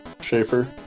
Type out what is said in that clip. Schaefer